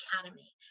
Academy